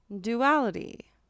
duality